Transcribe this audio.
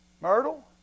Myrtle